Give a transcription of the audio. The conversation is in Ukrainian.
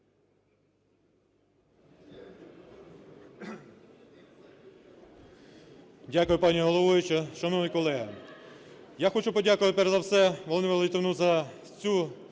Дякую, пані головуюча. Шановні колеги, я хочу подякувати перш за все Володимиру Литвину за цю